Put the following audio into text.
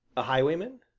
a highwayman?